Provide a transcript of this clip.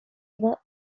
were